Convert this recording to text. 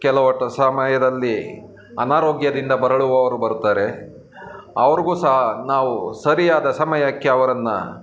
ಕೆಲವೊಟ್ಟು ಸಮಯದಲ್ಲಿ ಅನಾರೋಗ್ಯದಿಂದ ಬಳಲುವವರು ಬರುತ್ತಾರೆ ಅವರಿಗು ಸಹ ನಾವು ಸರಿಯಾದ ಸಮಯಕ್ಕೆ ಅವರನ್ನು